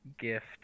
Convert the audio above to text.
gift